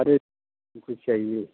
अरे कुछ चाहिए